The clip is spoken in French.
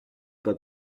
pas